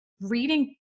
reading